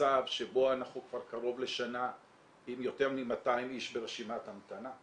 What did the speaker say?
מצב שבו אנחנו כבר קרוב לשנה עם יותר מ-200 איש ברשימת המתנה,